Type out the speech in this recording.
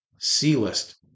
C-list